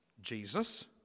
Jesus